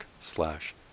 slash